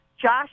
Josh